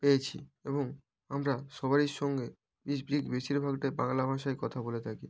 পেয়েছি এবং আমরা সবারই সঙ্গে বেশ বেশ বেশিরভাগটাই বাংলা ভাষায় কথা বলে থাকি